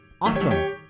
awesome